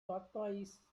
tortoises